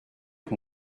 que